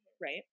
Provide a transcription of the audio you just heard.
right